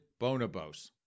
Bonobos